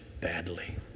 badly